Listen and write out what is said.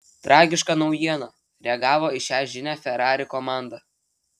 tragiška naujiena reagavo į šią žinią ferrari komanda